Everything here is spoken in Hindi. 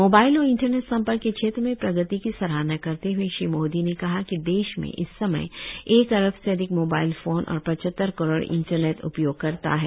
मोबाइल और इंटरनेट संपर्क के क्षेत्र में प्रगति की सराहना करते हए श्री मोदी ने कहा कि देश में इस समय एक अरब से अधिक मोबाइल फोन और पचहत्तर करोड़ इंटरनेट उपयोगकर्ता हैं